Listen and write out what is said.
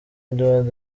edward